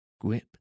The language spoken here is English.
Grip